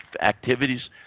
activities